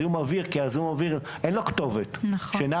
כי זיהום האוויר אין לו כתובת השאלה